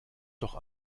doch